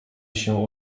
się